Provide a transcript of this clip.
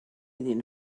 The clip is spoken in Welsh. iddyn